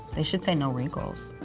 they should say no wrinkles.